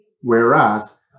whereas